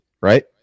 right